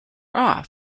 off